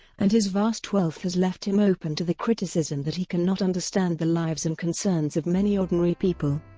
and his vast wealth has left him open to the criticism that he can not understand the lives and concerns of many ordinary people.